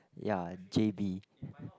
ya j_b